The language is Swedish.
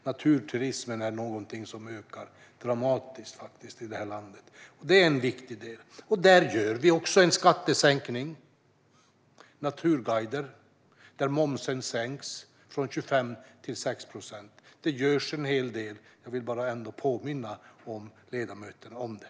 Naturturismen ökar faktiskt dramatiskt i landet. Det är en viktig del. Där gör vi också en skattesänkning. När det gäller naturguidning sänks momsen från 25 till 6 procent. Det görs en hel del. Jag vill bara påminna ledamöterna om det.